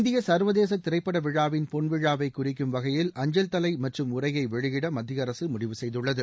இந்திய சர்வதேச திரைப்பட விழாவின் பொன்விழாவை குறிக்கும் வகையில் அஞ்சல் தலை மற்றும் உறையை வெளியிட மத்திய அரசு முடிவு செய்துள்ளது